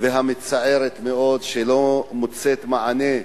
והמצערת מאוד, שלא מוצאת מענה בממשלה,